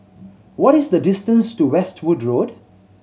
what is the distance to Westwood Road